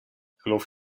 geloof